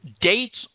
Dates